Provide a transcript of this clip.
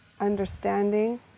Understanding